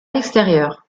l’extérieur